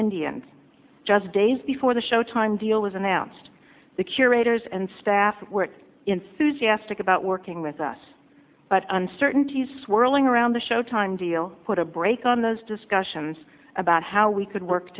indians just days before the showtime deal was announced the curators and staff were enthusiastic about working with us but uncertainties swirling around the showtime deal put a break on those discussions about how we could work